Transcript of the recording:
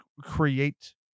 create